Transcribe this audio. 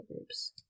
groups